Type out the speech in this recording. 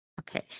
Okay